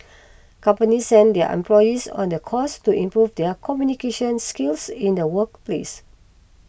companies send their employees on the course to improve their communication skills in the workplace